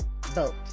vote